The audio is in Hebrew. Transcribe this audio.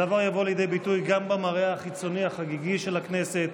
הדבר יבוא לידי ביטוי גם במראה החיצוני החגיגי של הכנסת,